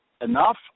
enough